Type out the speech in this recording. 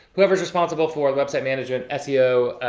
whoever's responsible for website management, seo,